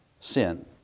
sin